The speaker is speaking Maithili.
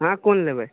अहाँ कोन लेबै